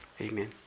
Amen